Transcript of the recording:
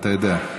אתה יודע.